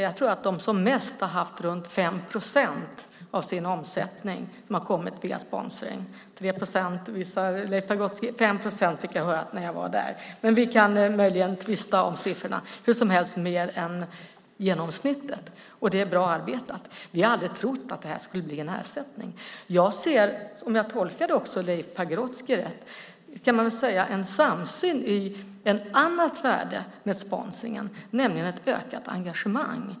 Jag tror att de som mest har haft runt 5 procent av sin omsättning via sponsring. 3 procent visar Leif Pagrotsky här, men 5 procent fick jag höra när jag var där. Vi kan tvista om siffrorna, men det är hur som helst mer än genomsnittet, och det är bra arbetat. Vi har aldrig trott att det här skulle bli en ersättning. Jag ser, om jag tolkade Leif Pagrotsky rätt, en samsyn när det gäller ett annat värde, nämligen ett ökat engagemang.